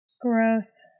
Gross